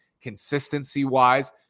consistency-wise